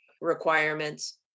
requirements